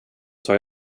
tar